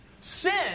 sin